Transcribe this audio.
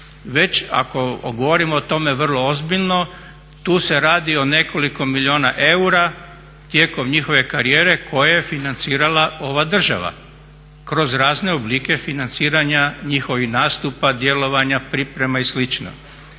već ako govorimo o tome vrlo ozbiljno tu se radi o nekoliko milijuna eura tijekom njihove karijere koje je financirala ova država kroz razne oblike financiranja njihovih nastupanja, djelovanja, priprema i